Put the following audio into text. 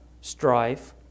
strife